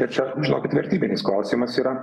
tai čia žinokit vertybinis klausimas yra